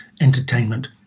entertainment